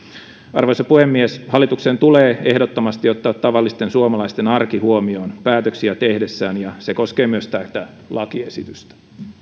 arvoisa puhemies hallituksen tulee ehdottomasti ottaa tavallisten suomalaisten arki huomioon päätöksiä tehdessään ja se koskee myös tätä lakiesitystä